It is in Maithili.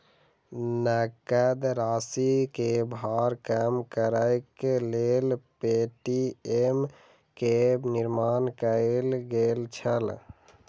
नकद राशि के भार कम करैक लेल पे.टी.एम के निर्माण कयल गेल छल